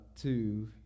two